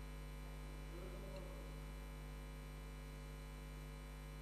ההצעה להעביר את